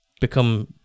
become